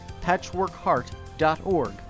patchworkheart.org